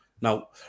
now